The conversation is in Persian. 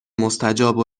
مستجاب